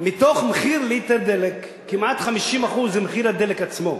ממחיר ליטר דלק כמעט 50% זה מחיר הדלק עצמו.